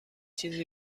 چیزی